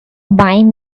buying